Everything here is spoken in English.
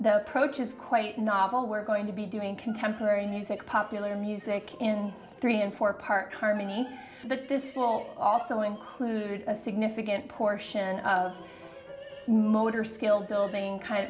i approach is quite novel we're going to be doing contemporary music popular music in three and four part harmony but this will also include a significant portion of motor skills building kind